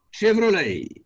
Chevrolet